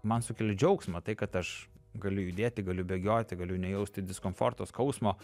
man sukelia džiaugsmą tai kad aš galiu judėti galiu bėgioti galiu nejausti diskomforto skausmo